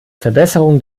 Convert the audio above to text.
verbesserung